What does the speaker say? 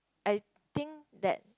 I think that